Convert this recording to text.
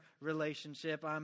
relationship